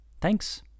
thanks